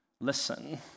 listen